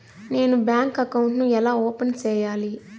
నేను bank account ను ఎలా ఓపెన్ సేయాలి?